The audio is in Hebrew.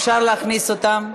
אפשר להכניס אותם.